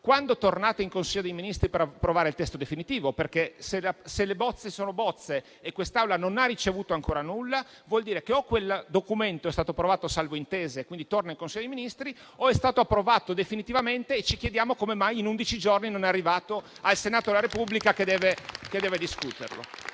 quando tornerete in Consiglio dei ministri per approvare il testo definitivo. Se quelle sono bozze e quest'Assemblea non ha ancora ricevuto nulla, vuol dire che o quel documento è stato approvato salvo intese e quindi torna in Consiglio dei ministri, oppure è stato approvato definitivamente e quindi ci chiediamo come mai dopo undici giorni non è arrivato al Senato della Repubblica, che deve discuterlo.